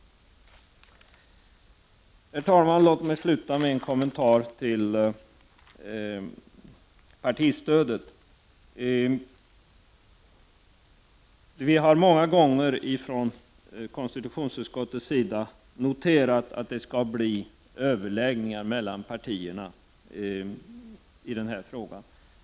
Herr talman! Låt mig avsluta med att kommentera frågan om partistödet. Vi har många gånger från konstitutionsutskottets sida noterat att det skall bli överläggningar mellan partierna i denna fråga.